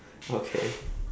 okay